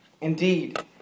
indeed